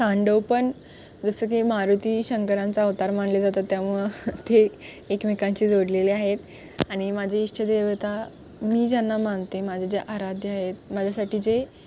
तांडव पण जसं की मारुती शंकरांचा अवतार मानले जातं त्यामुळं ते एकमेकांचे जोडलेले आहेत आणि माझे इष्टदेवता मी ज्यांना मानते माझे जे आराध्य आहेत माझ्यासाठी जे